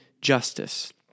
justice